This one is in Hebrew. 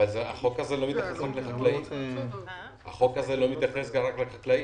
אבל החוק הזה לא מתייחס רק לחקלאים.